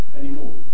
anymore